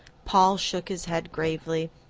paul shook his head gravely.